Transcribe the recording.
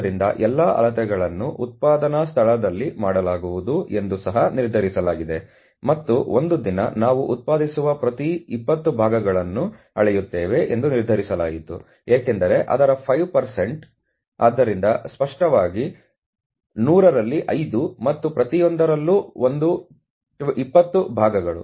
ಆದ್ದರಿಂದ ಎಲ್ಲಾ ಅಳತೆಗಳನ್ನು ಉತ್ಪಾದನಾ ಸ್ಥಳದಲ್ಲಿ ಮಾಡಲಾಗುವುದು ಎಂದು ಸಹ ನಿರ್ಧರಿಸಲಾಗಿದೆ ಮತ್ತು ಒಂದು ದಿನ ನಾವು ಉತ್ಪಾದಿಸುವ ಪ್ರತಿ 20 ಭಾಗಗಳನ್ನು ಅಳೆಯುತ್ತೇವೆ ಎಂದು ನಿರ್ಧರಿಸಲಾಯಿತು ಏಕೆಂದರೆ ಅದರ 5 ಆದ್ದರಿಂದ ಸ್ಪಷ್ಟವಾಗಿ 100 ರಲ್ಲಿ 5 ಮತ್ತು ಪ್ರತಿಯೊಂದರಲ್ಲೂ ಒಂದು 20 ಭಾಗಗಳು